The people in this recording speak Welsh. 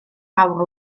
fawr